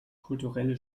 kulturelle